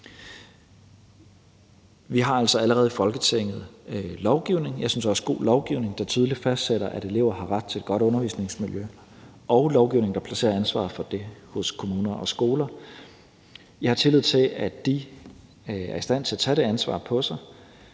Vi har altså allerede i Folketinget lovgivning, og jeg synes også, at det er god lovgivning, der tydeligt fastsætter, at elever har ret til et godt undervisningsmiljø, og lovgivning, der placerer ansvaret for det hos kommuner og skoler. Jeg har tillid til, at de er i stand til at tage det ansvar på sig